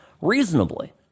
reasonably